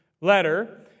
letter